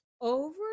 over